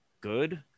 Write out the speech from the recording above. good